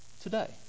today